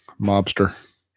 mobster